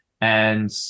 and-